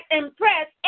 impress